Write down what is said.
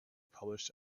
published